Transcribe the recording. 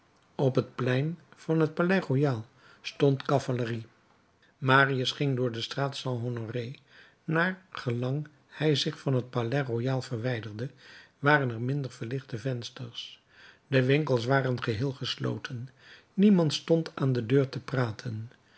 op het plein van het palais royal stond cavalerie marius ging door de straat st honoré naar gelang hij zich van het palais royal verwijderde waren er minder verlichte vensters de winkels waren geheel gesloten niemand stond aan de deur te praten